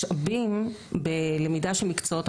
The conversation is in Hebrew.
אם את יכולה גם להסביר לנו לגבי נושאים